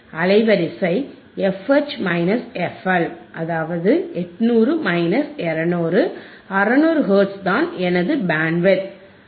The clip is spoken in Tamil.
அலைவரிசை fH fL 800 200 600 ஹெர்ட்ஸ் தான் எனது பேண்ட்வித்